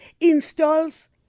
installs